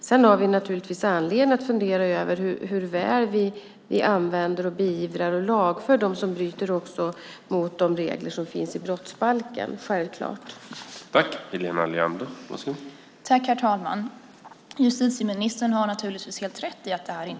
Sedan har vi naturligtvis anledning att fundera över hur väl vi använder, beivrar och lagför när det gäller dem som bryter också mot reglerna i brottsbalken. Självklart är det så.